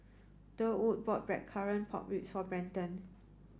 Durwood bought blackcurrant pork ribs for Brenton